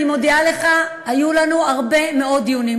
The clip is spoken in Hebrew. אני מודיעה לך: היו לנו הרבה מאוד דיונים.